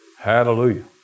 Hallelujah